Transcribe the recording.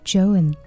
Joan